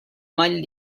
maglia